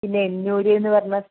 പിന്നെ എന്നൂർ എന്ന് പറഞ്ഞ